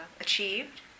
achieved